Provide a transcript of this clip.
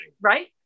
Right